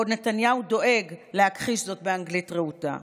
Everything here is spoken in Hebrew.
בעוד נתניהו דואג להכחיש זאת באנגלית רהוטה.